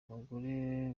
abagore